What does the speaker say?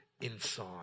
inside